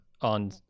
on